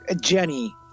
Jenny